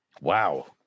wow